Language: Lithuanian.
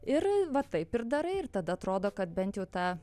ir va taip ir darai ir tada atrodo kad bent jau ta